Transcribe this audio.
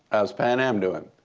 how's pan am doing?